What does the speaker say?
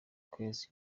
kwesa